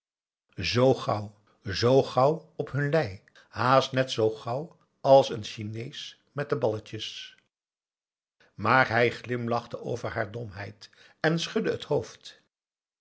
gauw zoo gauw op hun lei haast net zoo gauw als een chinees met de balletjes maar hij glimlachte over haar domheid en schudde het hoofd